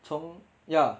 从 ya